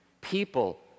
People